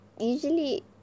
Usually